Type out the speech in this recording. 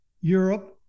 Europe